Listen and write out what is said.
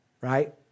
Right